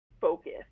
focus